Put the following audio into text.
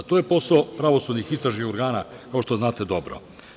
To je posao pravosudnih istražnih organa, kao što znate dobro.